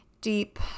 deep